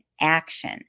action